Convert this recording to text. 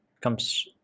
comes